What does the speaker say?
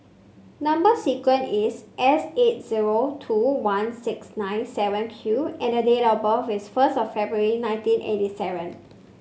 number sequence is S eight zero two one six nine seven Q and date of birth is first of February nineteen eighty seven